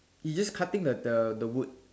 he's just cutting the the wood